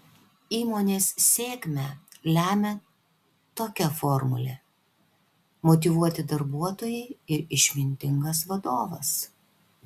įmonės sėkmę lemią tokia formulė motyvuoti darbuotojai ir išmintingas vadovas